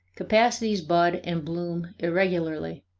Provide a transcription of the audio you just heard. capacities bud and bloom irregularly